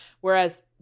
Whereas